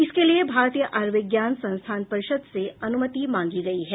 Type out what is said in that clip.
इसके लिए भारतीय आयुर्विज्ञान संस्थान परिषद से अनुमति मांगी गयी है